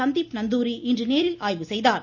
சந்தீப் நந்தூரி இன்று ஆய்வு செய்தார்